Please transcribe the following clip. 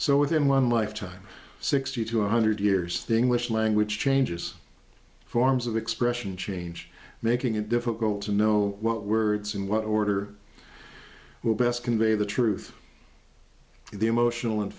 so within one lifetime sixty two hundred years the english language changes forms of expression change making it difficult to know what words in what order who best convey the truth the emotional and